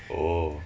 oh